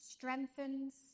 strengthens